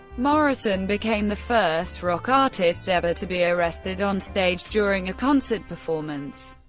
morrison became the first rock artist ever to be arrested onstage during a concert performance.